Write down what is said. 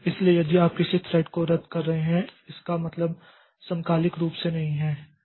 इसलिए यदि आप किसी थ्रेड को रद्द कर रहे हैं तो इसका मतलब समकालिक रूप से नहीं है